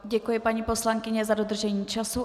Děkuji, paní poslankyně, za dodržení času.